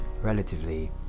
relatively